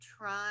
try